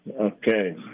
Okay